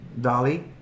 Dolly